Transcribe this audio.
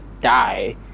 die